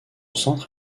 centre